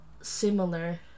similar